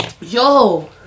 Yo